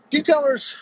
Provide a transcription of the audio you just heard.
Detailers